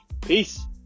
Peace